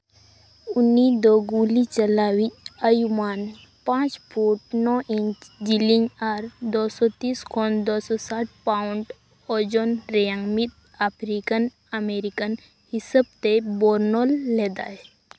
ᱩᱱᱤ ᱫᱚ ᱜᱩᱞᱤ ᱪᱟᱞᱟᱣᱤᱡ ᱟᱭᱼᱩᱢᱟᱱ ᱯᱟᱸᱪ ᱯᱷᱩᱴ ᱱᱚ ᱤᱧᱪ ᱡᱤᱞᱤᱧ ᱟᱨ ᱫᱩᱥᱚ ᱛᱤᱥ ᱠᱷᱚᱱ ᱫᱩ ᱥᱚ ᱥᱟᱴ ᱯᱟᱣᱩᱱᱴ ᱳᱡᱳᱱ ᱨᱮᱭᱟᱝ ᱢᱤᱫ ᱟᱯᱷᱨᱤᱠᱟᱱ ᱟᱢᱮᱨᱤᱠᱟᱱ ᱦᱤᱥᱟᱹᱵᱽ ᱛᱮ ᱵᱳᱨᱱᱳᱱ ᱞᱮᱫᱟᱭ